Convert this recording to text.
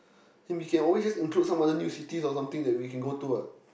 then we can always just include some other new cities or something we can go to what